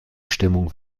stimmung